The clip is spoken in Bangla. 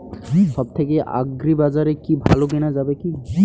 সব থেকে আগ্রিবাজারে কি ভালো কেনা যাবে কি?